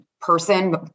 person